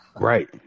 Right